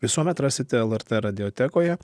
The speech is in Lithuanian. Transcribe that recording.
visuomet rasite lrt radiotekoje